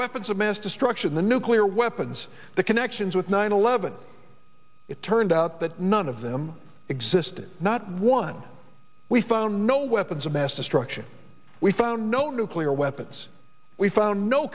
weapons of mass destruction the nuclear weapons the connections with nine eleven it turned out that none of them existed not one we found no weapons of mass destruction we found no nuclear weapons we found no